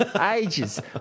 Ages